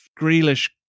Grealish